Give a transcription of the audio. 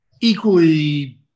equally